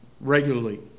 regularly